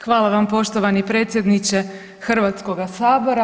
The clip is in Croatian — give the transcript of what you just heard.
Hvala vam poštovani predsjedniče Hrvatskoga sabora.